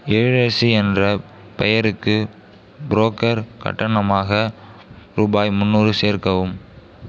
எழிலரசி என்ற பெயருக்கு புரோக்கர் கட்டணமாக ரூபாய் முந்நூறு சேர்க்கவும்